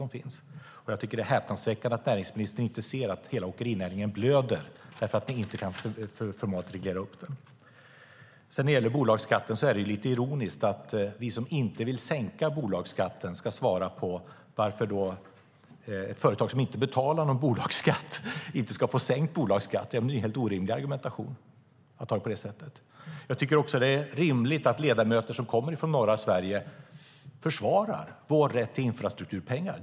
Jag tycker att det är häpnadsväckande att näringsministern inte ser att hela åkernäringen blöder därför att ni inte förmår att reglera upp den. När det gäller bolagsskatten är det lite ironiskt att vi som inte vill sänka bolagsskatten ska svara på frågan varför ett företag som inte betalar någon bolagsskatt inte ska få sänkt bolagsskatt. Det blir ju en helt orimlig argumentation. Jag tycker också att det är rimligt att vi ledamöter som kommer från norra Sverige försvarar vår rätt till infrastrukturpengar.